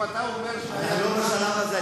אם אתה אומר, אנחנו לא בשלב הזה.